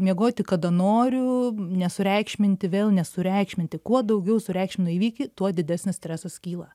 miegoti kada noriu nesureikšminti vėl nesureikšminti kuo daugiau sureikšminu įvykį tuo didesnis stresas kyla